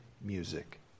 music